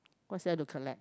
what's there to collect